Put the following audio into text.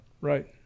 right